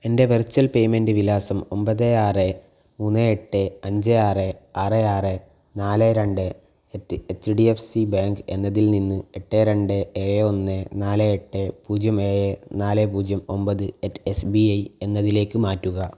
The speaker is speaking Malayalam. എൻ്റെ വെർച്വൽ പേയ്മൻറ്റ് വിലാസം ഒമ്പത് ആറ് മൂന്ന് എട്ട് അഞ്ച് ആറ് ആറ് ആറേ നാല് രണ്ട് at H D F C bank എന്നതിൽ നിന്ന് എട്ട് രണ്ട് ഏഴ് ഒന്ന് നാല് എട്ട് പൂജ്യം ഏഴ് നാല് പൂജ്യം ഒമ്പത് അറ്റ് എസ് ബി ഐ എന്നതിലേക്ക് മാറ്റുക